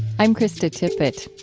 i'm krista tippett.